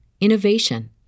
innovation